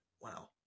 Wow